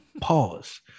Pause